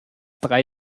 drei